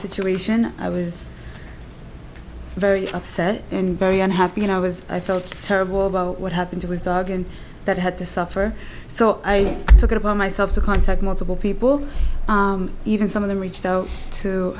situation i was very upset and very unhappy and i was i felt terrible about what happened to his dog and that had to suffer so i took it upon myself to contact multiple people even some of them reached out to